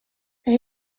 hij